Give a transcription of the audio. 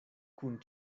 kun